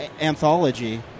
anthology